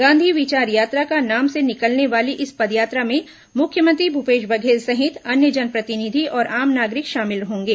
गांधी विचार यात्रा का नाम से निकलने वाली इस पदयात्रा में मुख्यमंत्री भूपेश बघेल सहित अन्य जनप्रतिनिधि और आम नागरिक शामिल होंगे